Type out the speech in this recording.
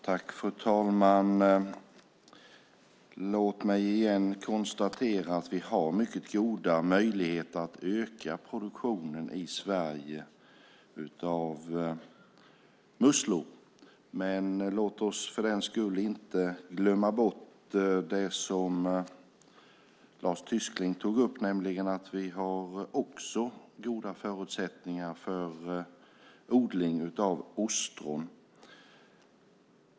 Fru talman! Låt mig konstatera att vi har mycket goda möjligheter att öka produktionen av musslor i Sverige. Låt oss för den skull inte glömma bort det som Lars Tysklind tog upp, nämligen att vi också har goda förutsättningar för odling av ostron.